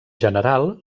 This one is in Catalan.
general